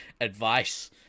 advice